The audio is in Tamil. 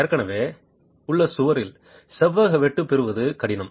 ஏற்கனவே உள்ள சுவரில் செவ்வக வெட்டு பெறுவது கடினம்